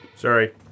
Sorry